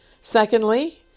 Secondly